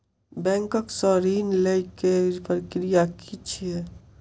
Bank सऽ ऋण लेय केँ प्रक्रिया की छीयै?